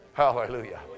Hallelujah